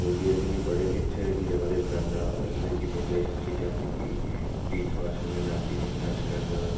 मतलब कि असें गी बड़ा किस चीज़ां बारै सनांदा मतलब कि बड़े सारे चीज़ां जेह्की रीथ वाच कन्नै फ्ही जियां अज्जकल